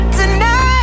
tonight